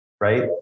right